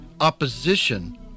opposition